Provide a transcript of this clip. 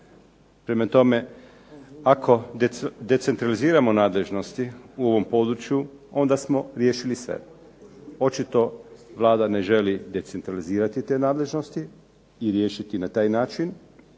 Prema tome, ako decentraliziramo nadležnosti u ovom području onda smo riješili sve. Očito Vlada ne želi decentralizirati te nadležnosti i riješiti na taj način